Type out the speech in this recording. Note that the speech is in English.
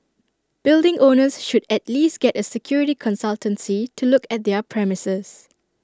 building owners should at least get A security consultancy to look at their premises